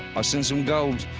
ah send some gold.